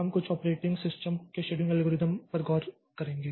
हम कुछ operating system के शेड्यूलिंग एल्गोरिदम पर गौर करेंगे